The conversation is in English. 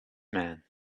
man